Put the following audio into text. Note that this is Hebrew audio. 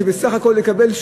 שבסך הכול יקבל,